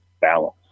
balance